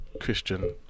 Christian